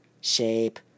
shape